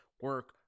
Work